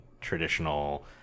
traditional